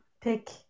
pick